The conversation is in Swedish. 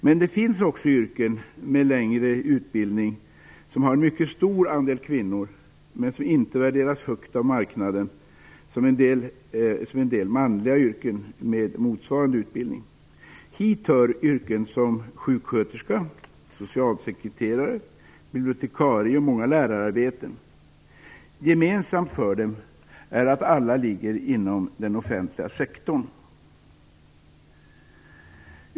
Men det finns också yrken med längre utbildning som har en mycket stor andel kvinnor, men som inte värderas lika högt av marknaden som en del manliga yrken med motsvarande utbildning. Hit hör yrken som sjuksköterska, socialsekreterare, bibliotekarie och många lärararbeten. Gemensamt för dem är att alla ligger inom den offentliga sektorn.